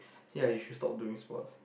ya you should stop doing sports